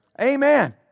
Amen